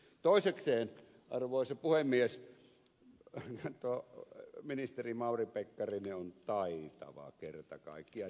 toisekseen arvoisa puhemies ministeri mauri pekkarinen on taitava kerta kaikkiaan